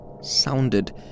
sounded